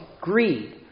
greed